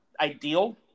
ideal